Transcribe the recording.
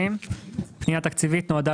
הפנייה התקציבית נועדה